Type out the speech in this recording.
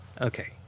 okay